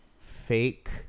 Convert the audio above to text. fake